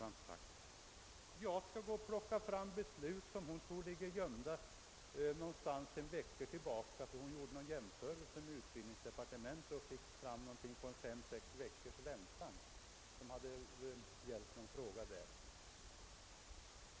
Jag skulle alltså gå och plocka fram beslut som hon tror ligger gömda någonstans sedan veckor tillbaka — hon gjorde en jämförelse med ut bildningsdepartementet där hon hade fått fram att det förekommit fem eller sex veckors väntan i någon fråga.